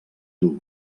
dur